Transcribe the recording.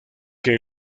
que